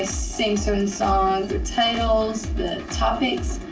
ah sing certain songs, the titles, the topics,